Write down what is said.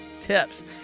tips